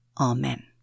Amen